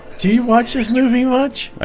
do you watch his movie much